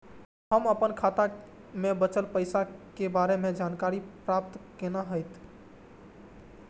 हम अपन खाता में बचल पैसा के बारे में जानकारी प्राप्त केना हैत?